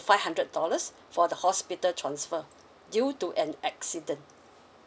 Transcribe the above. five hundred dollars for the hospital transfer due to an accident